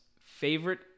favorite